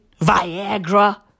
Viagra